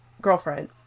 girlfriend